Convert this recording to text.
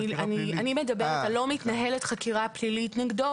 אני מדברת על הסעיף שאומר: לא מתנהלת חקירה פלילית נגדו